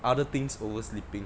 other things over sleeping